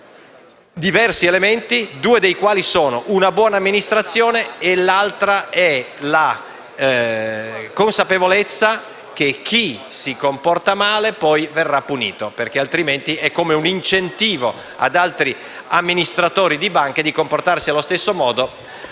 di diversi elementi, due dei quali sono una buona amministrazione e la consapevolezza che chi si comporta male poi verrà punito. Altrimenti sarebbe come un incentivo ad altri amministratori di banche a comportarsi nello stesso modo,